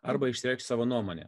arba išreikšt savo nuomonę